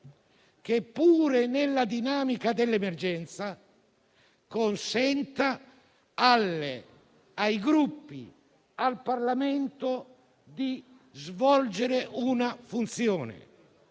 che, pur nella dinamica dell'emergenza consenta ai Gruppi e al Parlamento di svolgere una funzione,